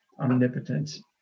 omnipotence